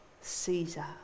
Caesar